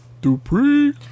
Dupree